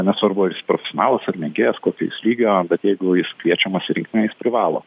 nesvarbu ar jis profesionalas ar mėgėjas kokio jis lygio bet jeigu jis kviečiamas į rinktinę jis privalo